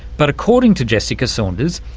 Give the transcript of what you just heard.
but according to jessica saunders,